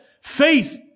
Faith